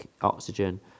oxygen